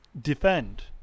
defend